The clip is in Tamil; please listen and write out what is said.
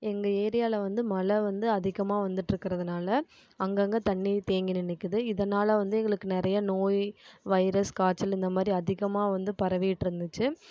எங்கள் ஏரியாவில் வந்து மழை வந்து அதிகமாக வந்துவிட்டு இருக்கிறதுனால அங்கங்கே தண்ணி தேங்கி நின்றுக்குது இதனால் வந்து எங்களுக்கு நிறைய நோய் வைரஸ் காய்ச்சல் இந்தமாதிரி அதிகமாக வந்து பரவிட்டுருந்துச்சு